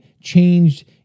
changed